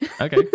Okay